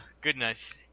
goodness